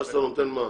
ואז אתה נותן מה?